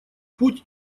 путь